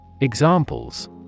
Examples